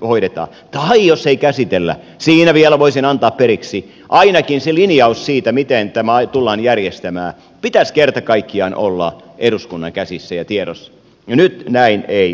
hoidetaan tai jos ei käsitellä siinä vielä voisin antaa periksi ainakin sen linjauksen siitä miten tämä tullaan järjestämään pitäisi kerta kaikkiaan olla eduskunnan käsissä ja tiedossa ja nyt näin ei ole